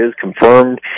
confirmed